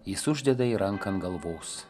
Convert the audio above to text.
jis uždeda jai ranką ant galvos